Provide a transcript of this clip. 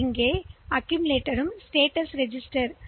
எனவே பிளாக் யின் குவிப்பு மற்றும் நிலை ரெஜிஸ்டர்நிலை